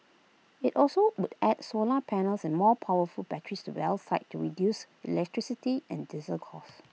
IT also would add solar panels and more powerful batteries to well sites to reduce electricity and diesel costs